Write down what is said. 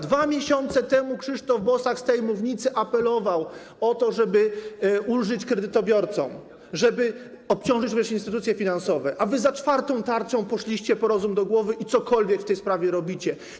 2 miesiące temu Krzysztof Bosak z tej mównicy apelował o to, żeby ulżyć kredytobiorcom, żeby obciążyć instytucje finansowe, a wy za czwartą tarczą poszliście po rozum do głowy i cokolwiek w tej sprawie robicie.